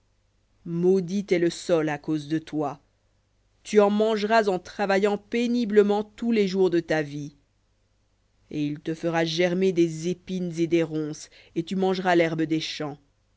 maudit est le sol à cause de toi tu en mangeras péniblement tous les jours de ta vie et il te fera germer des épines et des ronces et tu mangeras l'herbe des champs